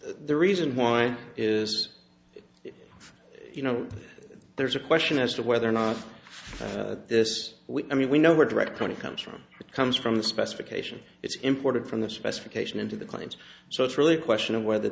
the reason why is you know there's a question as to whether or not this i mean we know where direct kind of comes from it comes from the specification it's imported from the specification into the claims so it's really a question of whether